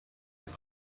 like